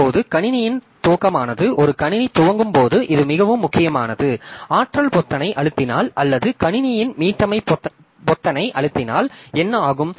இப்போது கணினியின் துவக்கமானது ஒரு கணினி துவங்கும் போது இது மிகவும் முக்கியமானது ஆற்றல் பொத்தானை அழுத்தினால் அல்லது கணினியின் மீட்டமை பொத்தானை அழுத்தினால் என்ன ஆகும்